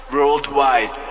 Worldwide